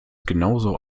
genauso